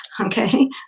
okay